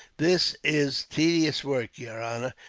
this is tedious work, yer honor,